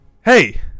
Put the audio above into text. Hey